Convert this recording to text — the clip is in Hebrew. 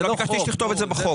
לא ביקשתי לכתוב את זה בחוק.